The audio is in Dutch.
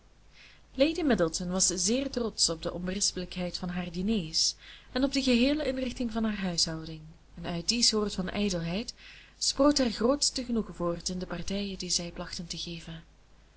lady middleton was zeer trotsch op de onberispelijkheid van haar diners en op de geheele inrichting van haar huishouding en uit die soort van ijdelheid sproot haar grootste genoegen voort in de partijen die zij plachten te geven